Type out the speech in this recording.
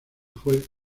fue